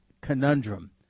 conundrum